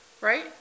Right